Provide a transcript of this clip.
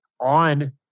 on